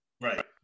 Right